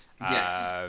Yes